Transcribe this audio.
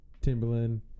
Timberland